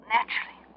Naturally